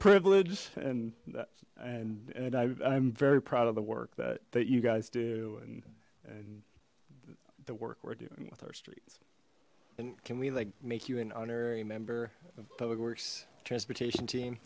privilege and and and i'm very proud of the work that that you guys do and and the work we're doing with our streets and can we like make you an honorary member by worse transportation team